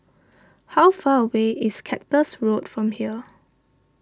how far away is Cactus Road from here